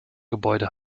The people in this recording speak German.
gebäude